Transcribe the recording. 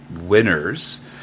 winners